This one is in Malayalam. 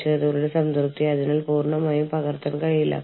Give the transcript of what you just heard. കൃത്യസമയത്ത് ഓഫീസിൽ എത്താൻ അതിനാൽ നിങ്ങൾക്ക് കഴിയില്ല